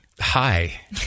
Hi